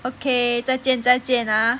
okay 再见再见 ah